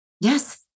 Yes